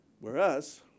Whereas